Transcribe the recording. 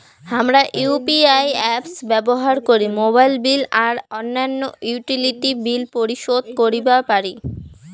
হামরা UPI apps ব্যবহার করি মোবাইল বিল আর অইন্যান্য ইউটিলিটি বিল পরিশোধ করিবা পারি